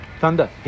Thunder